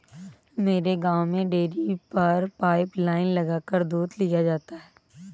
मेरे गांव में डेरी पर पाइप लाइने लगाकर दूध लिया जाता है